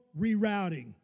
rerouting